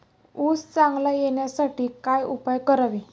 ऊस चांगला येण्यासाठी काय उपाय करावे?